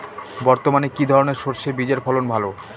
বর্তমানে কি ধরনের সরষে বীজের ফলন ভালো?